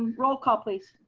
roll call please.